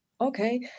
okay